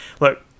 Look